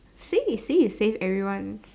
see you say he save everyone